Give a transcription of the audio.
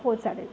हो चालेल